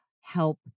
help